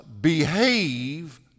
behave